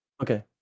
Okay